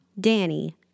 Danny